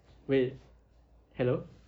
wait hello